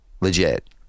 legit